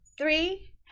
three